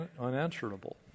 unanswerable